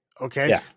Okay